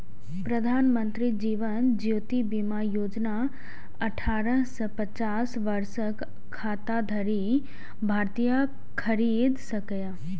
प्रधानमंत्री जीवन ज्योति बीमा योजना अठारह सं पचास वर्षक खाताधारी भारतीय खरीद सकैए